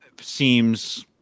seems